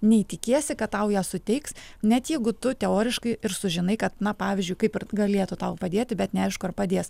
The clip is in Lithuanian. nei tikiesi kad tau ją suteiks net jeigu tu teoriškai ir sužinai kad na pavyzdžiui kaip ir galėtų tau padėti bet neaišku ar padės